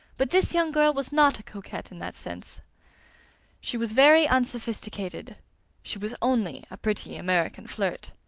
but this young girl was not a coquette in that sense she was very unsophisticated she was only a pretty american flirt.